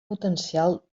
potencial